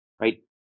right